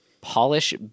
polish